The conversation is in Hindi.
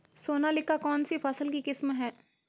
सोनालिका कौनसी फसल की किस्म है?